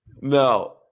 no